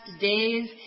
days